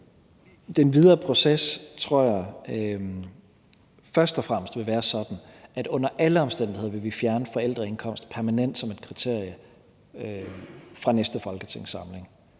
den videre proces først og fremmest vil være sådan, at vi under alle omstændigheder vil fjerne forældreindkomst som et kriterie permanent fra næste folketingssamling.